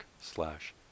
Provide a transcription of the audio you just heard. slash